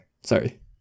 sorry